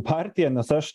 partija nes aš